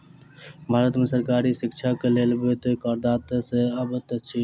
भारत में सरकारी शिक्षाक लेल वित्त करदाता से अबैत अछि